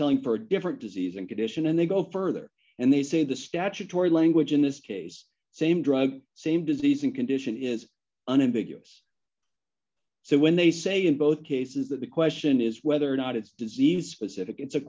selling for different disease and condition and they go further and they say the statutory language in this case same drug same disease and condition is unambiguous so when they say in both cases that the question is whether or not it's disease